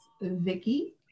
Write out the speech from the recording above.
Vicky